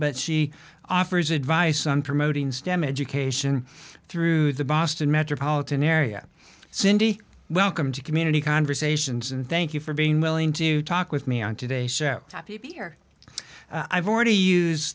but she offers advice on promoting stem education through the boston metropolitan area cindy welcome to community conversations and thank you for being willing to talk with me on today's show toppy be here i've already use